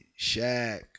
Shaq